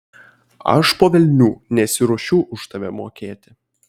aš po velnių nesiruošiu už tave mokėti